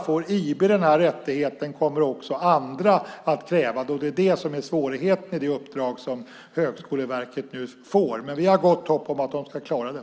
Får IB den här rättigheten kommer också andra att kräva att få det, och det är det som är svårigheten i det uppdrag som Högskoleverket nu får. Men vi har gott hopp om att de ska klara det.